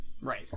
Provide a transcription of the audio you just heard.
Right